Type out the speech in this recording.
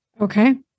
Okay